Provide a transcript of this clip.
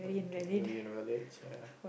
invalid that's why ah